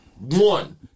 One